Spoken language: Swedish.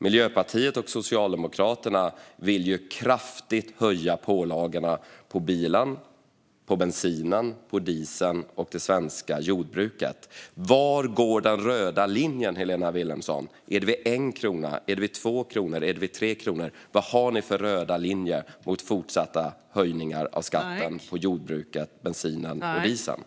Miljöpartiet och Socialdemokraterna vill kraftigt höja pålagorna på bilen, bensinen, dieseln och det svenska jordbruket. Var går den röda linjen, Helena Vilhelmsson? Är det vid 1 krona? Är det vid 2 kronor? Är det vid 3 kronor? Vad har ni för röd linje mot fortsatta höjningar av skatten på jordbruket, bensinen och dieseln?